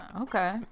Okay